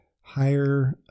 higher